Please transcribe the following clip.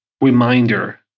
reminder